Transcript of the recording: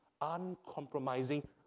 uncompromising